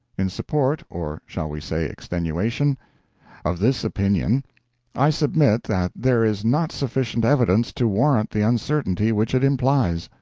in support or shall we say extenuation of this opinion i submit that there is not sufficient evidence to warrant the uncertainty which it implies.